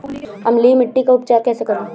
अम्लीय मिट्टी का उपचार कैसे करूँ?